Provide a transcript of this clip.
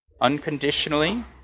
unconditionally